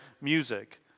music